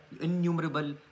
innumerable